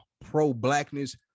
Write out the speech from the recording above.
pro-blackness